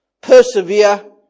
persevere